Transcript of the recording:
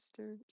Mr